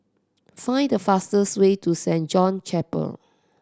find the fastest way to Saint John Chapel